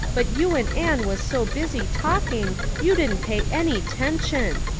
but you and anne was so busy talking you didn't pay any tention.